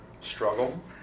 struggle